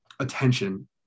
attention